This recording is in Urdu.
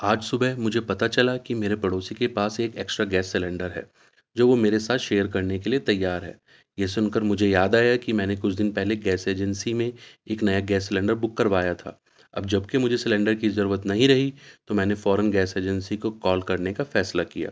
آج صبح مجھے پتا چلا کہ میرے پڑوسی کے پاس ایکسٹرا گیس سلینڈر ہے جو وہ میرے ساتھ شیئر کرنے کے لیے تیار ہے یہس سے ان کر مجھے یاد آیا کہ میں نے کچھ دن پہلے گیس ایجنسی میں ایک نیا گیس سیلینڈر بک کروایا تھا اب جبکہ مجھے سلینڈر کی ضرورت نہیں رہی تو میں نے فوراً گیس ایجنسی کو کال کرنے کا فیصلہ کیا